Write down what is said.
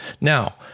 Now